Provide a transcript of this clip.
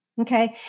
Okay